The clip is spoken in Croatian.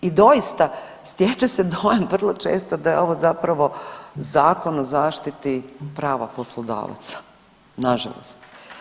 I doista stječe se dojam vrlo često da je ovo zapravo zakon o zaštiti prava poslodavaca, nažalost.